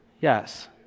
Yes